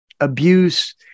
Abuse